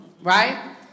Right